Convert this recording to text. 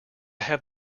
have